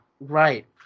right